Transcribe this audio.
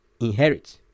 inherit